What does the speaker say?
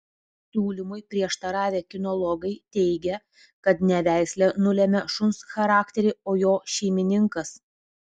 siūlymui prieštaravę kinologai teigia kad ne veislė nulemia šuns charakterį o jo šeimininkas